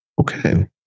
okay